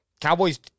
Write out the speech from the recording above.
Cowboys